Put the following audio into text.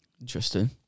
Interesting